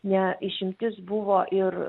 ne išimtis buvo ir